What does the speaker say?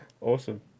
Awesome